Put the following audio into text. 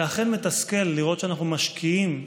זה אכן מתסכל לראות שאנחנו משקיעים,